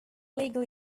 legal